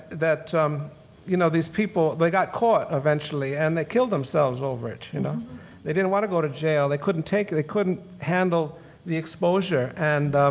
that um you know these people, they caught eventually, and they killed themselves over it. you know they didn't wanna go to jail, they couldn't take it, they couldn't handle the exposure. and